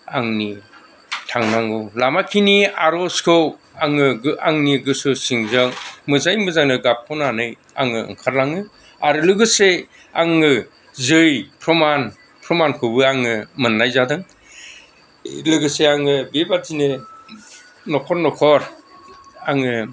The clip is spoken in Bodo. आंनि थांनांगौ लामाखिनि आर'जखौ आङो आंनि गोसो सिंजों मोजाङै मोजांनो गाबखनानै आङो ओंखारलाङो आरो लोगोसे आङो जै प्रमानखौबो आंनो मोननाय जादों लोगोसे आङो बे बादिनो न'खर न'खर आङो